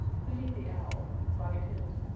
hooty the owl, bobby coon,